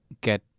get